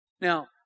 Now